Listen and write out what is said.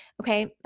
Okay